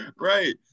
Right